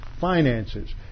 finances